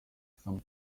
some